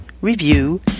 review